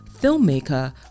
filmmaker